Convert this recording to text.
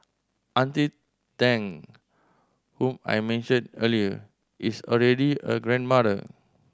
Auntie Tang who I mentioned earlier is already a grandmother